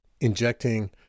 Injecting